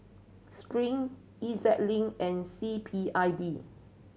Spring E Z Link and C P I B